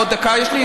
עוד דקה יש לי?